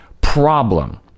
problem